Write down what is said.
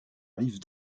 rive